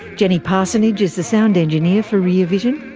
jenny parsonage is the sound engineer for rear vision.